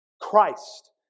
Christ